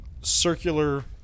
circular